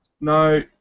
no